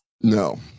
No